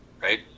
right